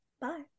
Bye